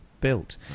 built